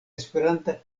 esperanta